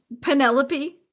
Penelope